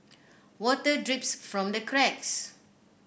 water drips from the cracks